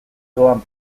doan